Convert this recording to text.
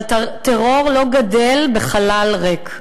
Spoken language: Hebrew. אבל טרור לא גדל בחלל ריק.